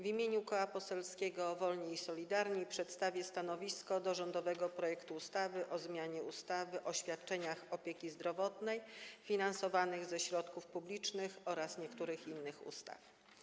W imieniu Koła Poselskiego Wolni i Solidarni przedstawię stanowisko wobec rządowego projektu ustawy o zmianie ustawy o świadczeniach opieki zdrowotnej finansowanych ze środków publicznych oraz niektórych innych ustaw.